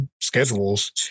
schedules